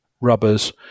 rubbers